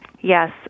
Yes